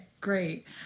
great